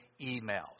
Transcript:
emails